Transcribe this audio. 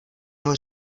jeho